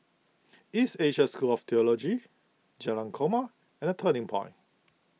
East Asia School of theology Jalan Korma and the Turning Point